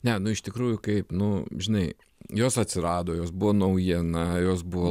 ne nu iš tikrųjų kaip nu žinai jos atsirado jos buvo naujiena jos buvo